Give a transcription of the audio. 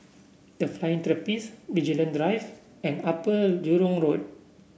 The Flying Trapeze Vigilante Drive and Upper Jurong Road